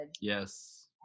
Yes